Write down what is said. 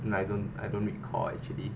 nah I don't I don't recall actually